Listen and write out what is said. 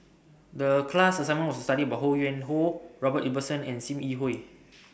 The class assignment was to study about Ho Yuen Hoe Robert Ibbetson and SIM Yi Hui